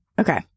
Okay